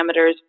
parameters